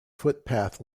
footpath